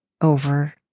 over